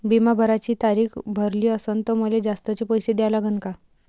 बिमा भराची तारीख भरली असनं त मले जास्तचे पैसे द्या लागन का?